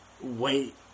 wait